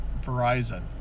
Verizon